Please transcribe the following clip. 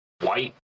white